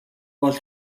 бол